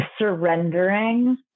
surrendering